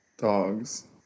Dogs